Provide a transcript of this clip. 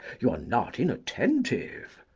you are not inattentive.